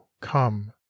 come